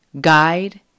guide